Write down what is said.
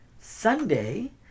Sunday